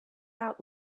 out